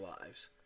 lives